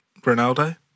Ronaldo